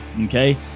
Okay